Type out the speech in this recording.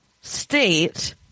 State